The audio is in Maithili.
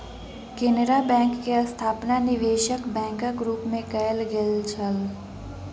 केनरा बैंक के स्थापना निवेशक बैंकक रूप मे कयल गेल छल